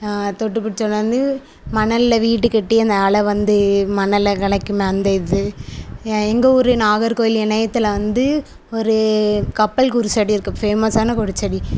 தொட்டு பிடிச்சி விளாண்டு மணல்ல வீடு கட்டி அந்த அலை வந்து மணலை கலைக்குமே அந்த இது ஏன் எங்கள் ஊர் நாகர்கோவில் இணையத்தில் வந்து ஒரு கப்பல் குருசடி இருக்குது ஃபேமஸ்ஸான குருசடி